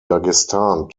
dagestan